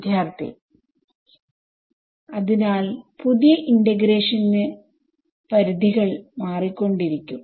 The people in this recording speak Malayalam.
വിദ്യാർത്ഥി അതിനാൽ പുതിയ ഇന്റഗ്രേഷന്റെ പരിധികൾ മാറിക്കൊണ്ടിരിക്കും